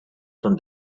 from